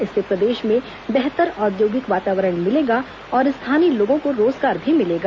इससे प्रदेश में बेहतर औद्योगिक वातावरण मिलेगा और स्थानीय लोगों को रोजगार भी मिलेगा